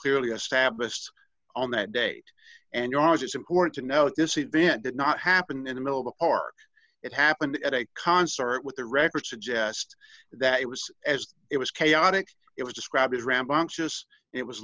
clearly established on that date and yours it's important to note this event did not happen in the middle of a park it happened at a concert with the record suggest that it was as it was chaotic it was described as rambunctious it was